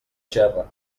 gerra